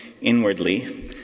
inwardly